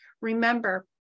Remember